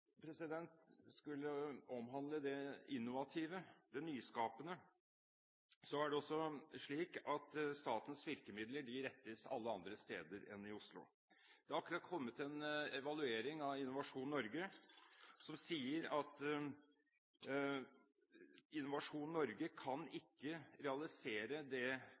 skulle omhandle det innovative – det nyskapende – er det også slik at statens virkemidler rettes alle andre steder enn mot Oslo. Det er akkurat kommet en evaluering av Innovasjon Norge som sier at Innovasjon Norge ikke kan realisere det